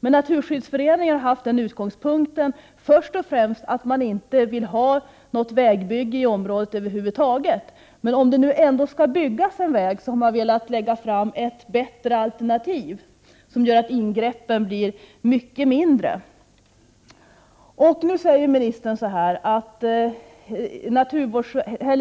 Men Naturskyddsföreningen har haft som utgångspunkt först och främst att man inte vill ha något vägbygge i området över huvud taget, men om det nu ändå skall byggas en väg har man velat lägga fram ett bättre alternativ, som gör att ingreppen blir mycket mindre. Vidare säger ministern att